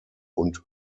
und